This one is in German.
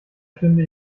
stünde